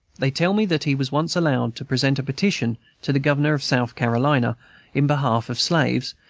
they tell me that he was once allowed to present a petition to the governor of south carolina in behalf of slaves,